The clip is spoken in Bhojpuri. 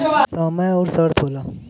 समय अउर शर्त होला